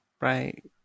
right